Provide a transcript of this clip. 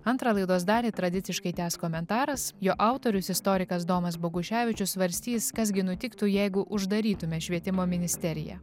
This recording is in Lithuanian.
antrą laidos dalį tradiciškai tęs komentaras jo autorius istorikas domas boguševičius svarstys kas gi nutiktų jeigu uždarytume švietimo ministeriją